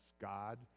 God